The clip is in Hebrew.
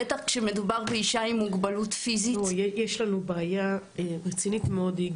בטח כשמדובר באישה עם מוגבלות פיזית --- יש לנו בעיה רצינית מאוד,